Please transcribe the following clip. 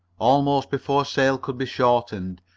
almost before sail could be shortened,